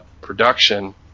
production